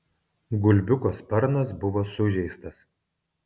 gulbiuko sparnas buvo sužeistas